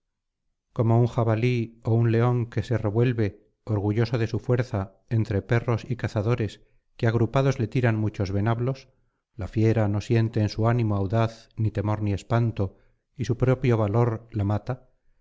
como un jabalí ó un león se revuelve orgulloso de su fuerza entre perros y cazadores que agrupados le tiran muchos venablos la fiera no siente en su ánimo audaz ni temor ni espanto y su propio valor la mata